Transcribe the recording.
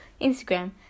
Instagram